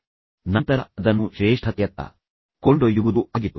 ತದನಂತರ ಅದನ್ನು ಶ್ರೇಷ್ಠತೆಯತ್ತ ಕೊಂಡೊಯ್ಯುವುದು ಆಗಿತ್ತು